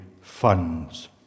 funds